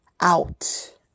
out